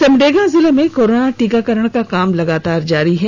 सिमडेगा जिले में कोरोना टीकाकरण का काम लगातार जारी है